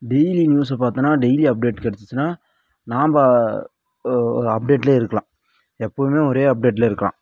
daily நியூஸை பார்த்தன்னா daily update கிடச்சிச்சினா நாம்ம அப்டேட்லே இருக்கலாம் எப்போவுமே ஒரே அப்டேட்லே இருக்கலாம்